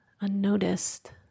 unnoticed